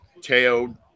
Teo